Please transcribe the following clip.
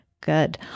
Good